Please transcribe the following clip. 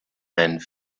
and